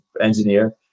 engineer